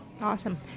Awesome